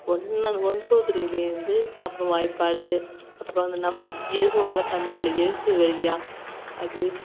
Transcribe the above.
ஒன்று one two த்ரீலேருந்து அப்புறம் வாய்ப்பாடு அப்புறம் அந்த நம்பர்ஸ் எழுதுவோம்ல தமிழ்ல எழுத்து வழியாக அது